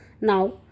Now